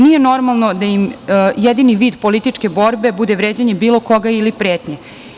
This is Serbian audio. Nije normalno da im jedini vid političke borbe bude vređanje bilo koga ili pretnje.